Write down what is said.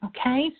okay